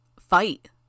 Fight